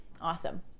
Awesome